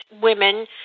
women